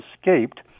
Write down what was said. escaped